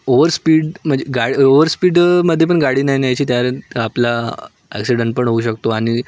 overspeed म्हणजे गा ओवरस्पीडमध्ये पण गाडी नाही न्यायची त्या आपला ॲक्सिडंट पण होऊ शकतो आणि